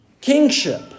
kingship